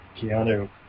Keanu